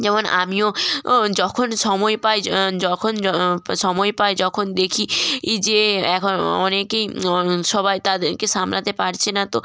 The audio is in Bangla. যেমন আমিও যখন সময় পাই যখন সময় পাই যখন দেখি যে এখন অনেকেই সবাই তাদেরকে সামলাতে পারছে না তো